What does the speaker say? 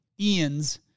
Ian's